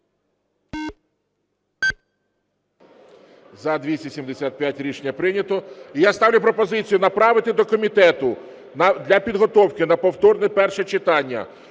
За-275 Рішення прийнято. І я ставлю пропозицію направити до комітету для підготовки на повторне перше читання